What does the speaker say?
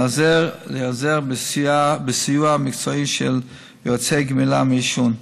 להיעזר בסיוע מקצועי של יועצי גמילה מעישון.